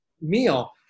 meal